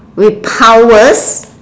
with powers